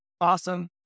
Awesome